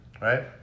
Right